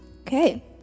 Okay